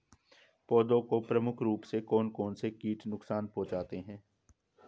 पौधों को प्रमुख रूप से कौन कौन से कीट नुकसान पहुंचाते हैं?